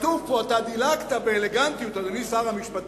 כתוב פה, אתה דילגת באלגנטיות, אדוני שר המשפטים